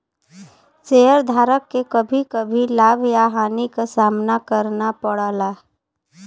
शेयरधारक के कभी कभी लाभ या हानि क सामना करना पड़ला